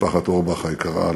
משפחת אורבך היקרה,